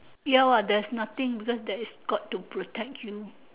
ya what there's nothing because there is god to protect you